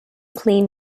clean